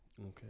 Okay